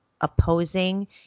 opposing